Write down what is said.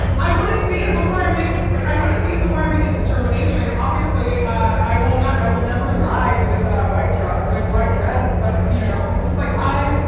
i want to see it before i make it. i want to see it before i make a determination obviously, i i will not i will never lie with a white draw, with white dreads. but, you know, i'm just like i,